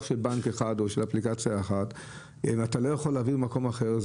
של בנק אחד ואתה לא יכול להעביר למקום אחר,